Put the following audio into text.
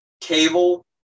cable